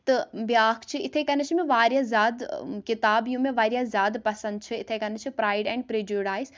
تہٕ بیاکھ چھِ اِتھَے کَنیٚتھ چھِ مےٚ واریاہ زیادٕ کِتاب یِم مےٚ واریاہ زیادٕ پَسنٛد چھِ اِتھَے کَنیٚتھ چھِ پرٛایڈ اینٛڈ پرٛیٚجُڈایِس